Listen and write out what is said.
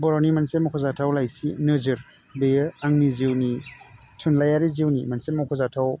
बर'नि मोनसे मख'जाथाव लाइसि नोजोर बेयो आंनि जिउनि थुनलाइयारि जिउनि मोनसे मख'जाथाव